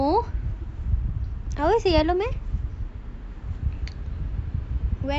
I always wear yellow meh